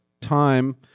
time